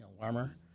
warmer